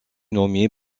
nommé